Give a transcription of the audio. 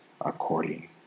according